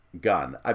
gun